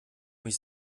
mich